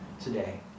today